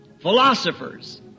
Philosophers